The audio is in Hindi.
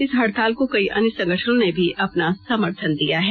इस हड़ताल को कई अन्य संगठनों ने भी अपना समर्थन दिया है